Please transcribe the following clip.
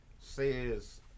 says